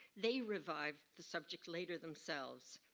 they revived the subject later themselves.